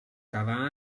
cada